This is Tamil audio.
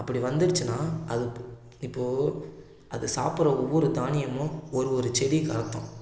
அப்படி வந்துடுச்சின்னா அது இப்போ அது சாப்புடுற ஒவ்வொரு தானியமும் ஒரு ஒரு செடிக்கு அர்த்தம்